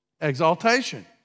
Exaltation